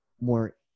more